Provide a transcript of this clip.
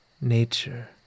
nature